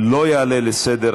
16 נגד, אפס נמנעים.